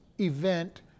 event